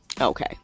Okay